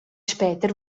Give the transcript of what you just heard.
später